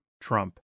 Trump